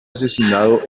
asesinado